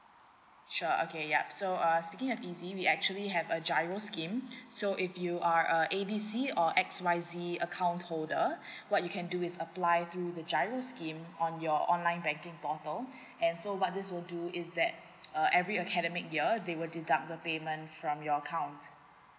sure okay yup so uh speaking of easy we actually have a G_I_R_O scheme so if you are a A B C or X Y Z account holder what you can do is apply through the G_I_R_O scheme on your online banking portal and so what this will do is that uh every academic year they will deduct the payment from your account